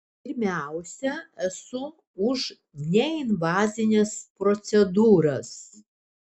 pirmiausia esu už neinvazines procedūras